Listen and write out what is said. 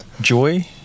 Joy